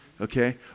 okay